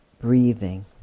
breathing